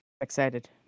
Excited